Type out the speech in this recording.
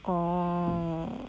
orh